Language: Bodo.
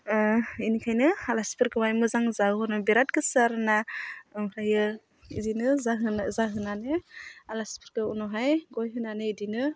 बिनिखायनो आलासिफोरखौहाय मोजां जाहोहरनो बिराद गोसो आरो ना ओमफ्रायो बिदिनो जाहोनो जाहोनानै आलासिफोरखौ उनावहाय गय होनानै बिदिनो